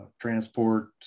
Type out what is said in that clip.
transport